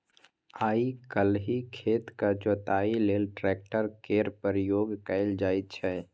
आइ काल्हि खेतक जोतइया लेल ट्रैक्टर केर प्रयोग कएल जाइ छै